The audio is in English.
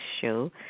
show